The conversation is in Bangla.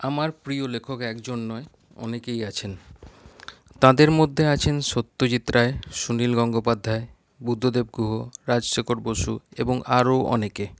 আমার প্রিয় লেখক একজন নয় অনেকেই আছেন তাদের মধ্যে আছেন সত্যজিৎ রায় সুনীল গঙ্গোপাধ্যায় বুদ্ধদেব গুহ রাজশেখর বসু এবং আরো অনেকে